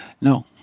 No